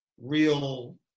real